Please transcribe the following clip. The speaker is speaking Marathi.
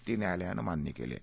ती न्यायालयानं मान्य केली आहे